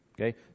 okay